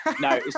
no